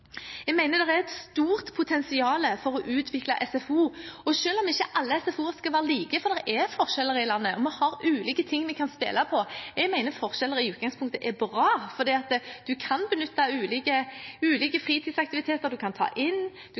Jeg mener det er et stort potensial for å utvikle SFO – selv om ikke alle SFO-er skal være like, for det er forskjeller i landet, og vi har ulike ting vi kan spille på. Jeg mener forskjeller i utgangspunktet er bra, for man kan benytte ulike fritidsaktiviteter man kan ta inn,